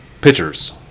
Pitchers